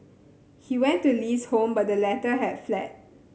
he went to Li's home but the latter had fled